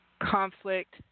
conflict